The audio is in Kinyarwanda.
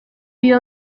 iyo